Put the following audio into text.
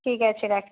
ঠিক আছে রাখছি